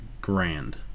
grand